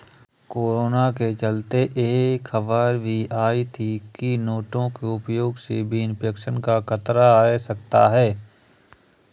corona के चलते यह खबर भी आई थी की नोटों के उपयोग से भी इन्फेक्शन का खतरा है सकता है